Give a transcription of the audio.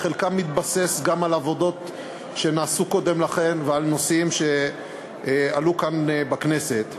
וחלקם מתבסס גם על עבודות שנעשו קודם לכן ועל נושאים שעלו כאן בכנסת,